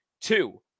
Two